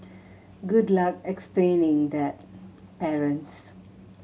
good luck explaining that parents